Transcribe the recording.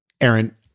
Aaron